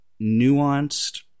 nuanced